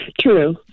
True